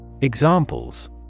Examples